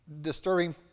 disturbing